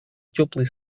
теплые